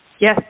Yes